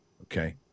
okay